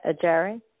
Jerry